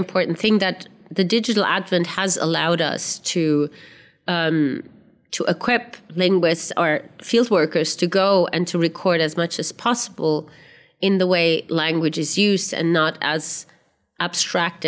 important thing that the digital advent has allowed us to to equip linguists or field workers to go and to record as much as possible in the way language is used and not as abstract